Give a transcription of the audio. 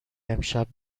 امشب